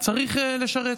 צריך לשרת.